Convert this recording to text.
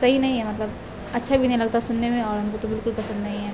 صحیح نہیں ہے مطلب اچھا بھی نہیں لگتا سننے میں اور ہم کو تو بالکل پسند نہیں ہے